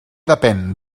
depèn